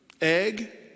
egg